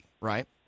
right